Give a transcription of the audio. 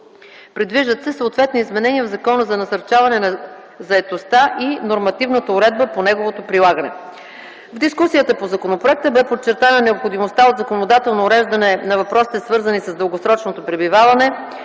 Предвиждат се съответни изменения в Закона за насърчаване на заетостта и нормативната уредба по неговото прилагане. В дискусията по законопроекта бе подчертана необходимостта от законодателното уреждане на въпросите, свързани с дългосрочното пребиваване,